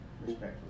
respectfully